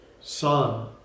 son